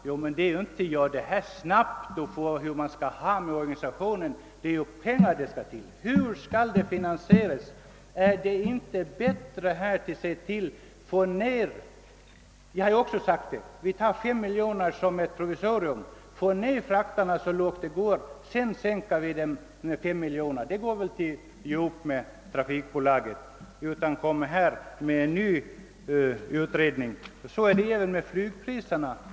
Ja, men det är ju inte främst fråga om att snabbt utforma organisationen, utan frågan gäller hur projektet skall finansieras. Det är väl bättre att få ned frakterna så mycket som möjligt än att tillsätta en ny utredning. Vi har ju förklarat att vi är beredda att ta 5 miljoner som ett provisorium, och sedan sänker vi frakterna med 5 miljoner. Detta måste väl gå ihop för trafikbolaget. Så är det även med flygpriserna.